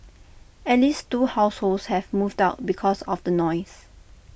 at least two households have moved out because of the noise